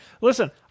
Listen